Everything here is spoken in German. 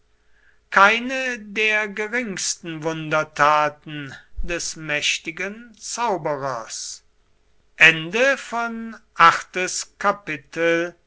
keine der geringsten wundertaten des mächtigen zauberers